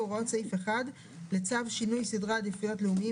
הוראות סעיף 1 לצו שינוי סדרי עדיפויות לאומיים